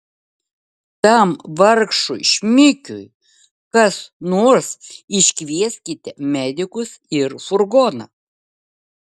tam vargšui šmikiui kas nors iškvieskite medikus ir furgoną